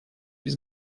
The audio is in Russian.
без